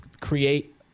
create